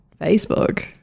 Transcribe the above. Facebook